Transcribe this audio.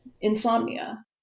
insomnia